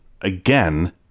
again